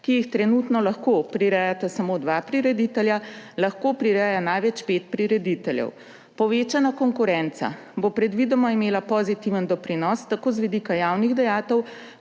ki jih trenutno lahko prirejata samo dva prireditelja, lahko prireja največ pet prirediteljev. Povečana konkurenca bo predvidoma imela pozitivni doprinos tako z vidika javnih dajatev